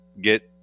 get